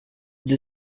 and